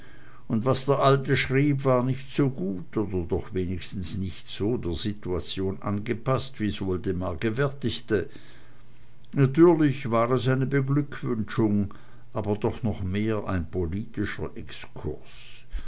und was der alte schrieb war nicht so gut oder doch wenigstens nicht so der situation angepaßt wie's woldemar gewärtigte natürlich war es eine beglückwünschung aber doch mehr noch ein politischer exkurs